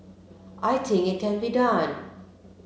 I think it can be done